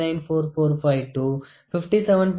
89445 to 57